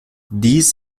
dies